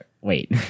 Wait